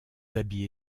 habits